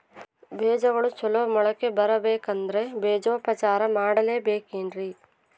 ಬೇಜಗಳು ಚಲೋ ಮೊಳಕೆ ಬರಬೇಕಂದ್ರೆ ಬೇಜೋಪಚಾರ ಮಾಡಲೆಬೇಕೆನ್ರಿ?